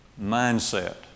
mindset